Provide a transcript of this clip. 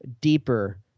deeper